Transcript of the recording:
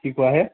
কি কোৱা হে